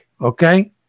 okay